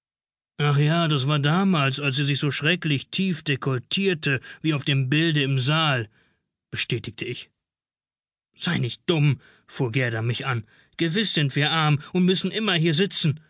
ach ja das war damals als sie sich so schrecklich tief dekolletierte wie auf dem bilde im saal bestätigte ich sei nicht dumm fuhr gerda mich an gewiß sind wir arm und müssen immer hier sitzen